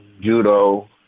judo